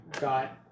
got